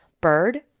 Bird